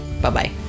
Bye-bye